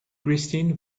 christine